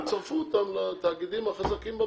ויצרפו אותם לתאגידים החזקים במדינה,